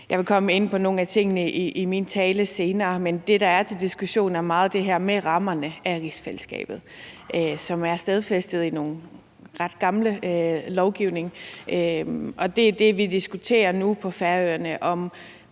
Jeg vil komme ind på nogle af tingene i min tale senere, men det, der er til diskussion, er meget det her med rammerne for rigsfællesskabet, som er stadfæstet i noget ret gammel lovgivning. Og det, vi diskuterer nu på Færøerne,